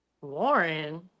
Warren